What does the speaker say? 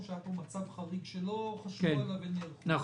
שאנחנו במצב חדש שלא חשבו עליו ונערכו,